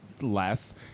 less